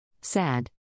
Sad